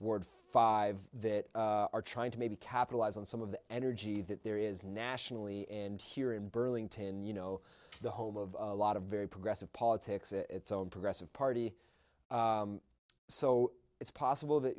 ard five that are trying to maybe capitalize on some of the energy that there is nationally and here in burlington you know the home of a lot of very progressive politics its own progressive party so it's possible that